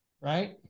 right